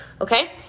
Okay